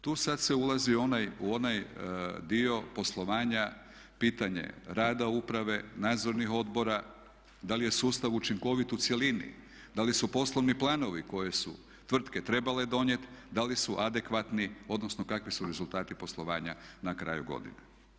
Tu sada se ulazi u onaj dio poslovanja, pitanje rada uprave, nadzornih odbora, da li je sustav učinkovit u cjelini, da li su poslovni planovi koji su tvrtke trebale donijeti da li su adekvatni, odnosno kakvi su rezultati poslovanja na kraju godine.